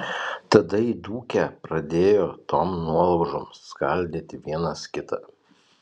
tada įdūkę pradėjo tom nuolaužom skaldyti vienas kitą